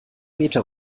meter